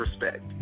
respect